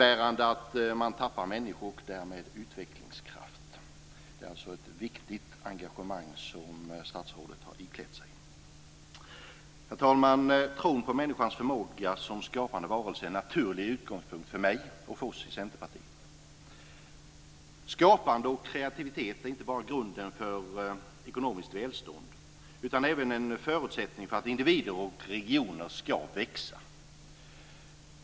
Det innebär att man tappar människor och därmed utvecklingskraft. Det är alltså ett viktigt engagemang som statsrådet har iklätt sig. Herr talman! Tron på människans förmåga som skapande varelse är en naturlig utgångspunkt för mig och för oss i Centerpartiet. Skapande och kreativitet är inte bara grunden för ekonomiskt välstånd utan även en förutsättning för att individer och regioner ska växa.